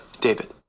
David